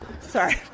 Sorry